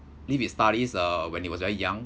leave his studies uh when he was very young